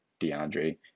DeAndre